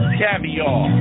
caviar